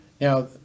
Now